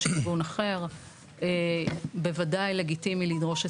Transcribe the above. אחת, זה לא קיים.